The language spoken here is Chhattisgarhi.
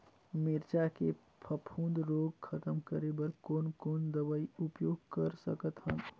मिरचा के फफूंद रोग खतम करे बर कौन कौन दवई उपयोग कर सकत हन?